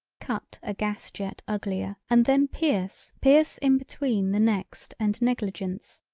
cut a gas jet uglier and then pierce pierce in between the next and negligence.